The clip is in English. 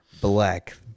black